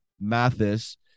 Mathis